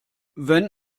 wenn